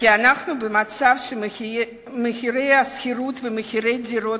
אנחנו במצב שבו מחירי השכירות ומחירי הדירות